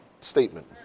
statement